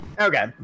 Okay